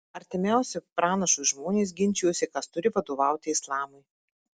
artimiausi pranašui žmonės ginčijosi kas turi vadovauti islamui